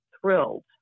thrilled